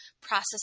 process